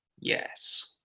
Yes